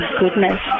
goodness